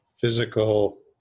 physical